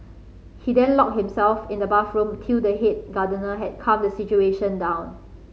he then locked himself in the bathroom till the head gardener had calmed the situation down